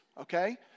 okay